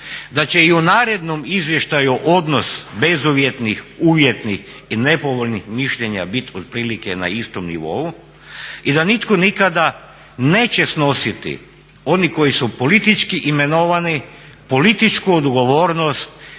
da će i u narednom izvještaju odnos bezuvjetnih, uvjetnih i nepovoljnih mišljenja biti otprilike na istom nivou i da nitko nikada neće snositi, oni koji su politički imenovani političku odgovornost